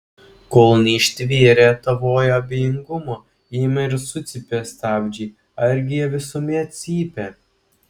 kol neištvėrę tavojo abejingumo ima ir sucypia stabdžiai argi jie visuomet cypia